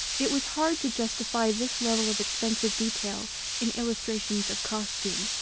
it was hard to justify this level of expensive detail in illustrations of costume.